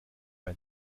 bei